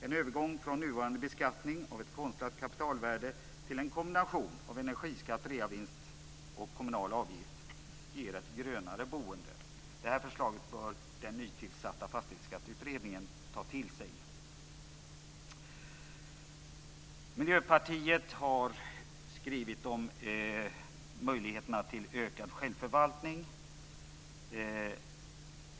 En övergång från nuvarande beskattning av ett konstlat kapitalvärde till en kombination av energiskatt, reavinstskatt och kommunala avgifter ger ett grönare boende. Det här förslaget bör den nytillsatta fastighetsskatteutredningen ta till sig. Miljöpartiet har skrivit om möjligheterna till ökad självförvaltning.